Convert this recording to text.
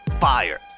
fire